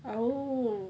oh